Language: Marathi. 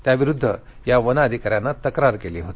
त्याविरुद्ध या वन अधिकाऱ्यानं तक्रार क्ली होती